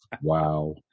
Wow